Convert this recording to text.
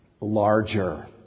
larger